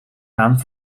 aan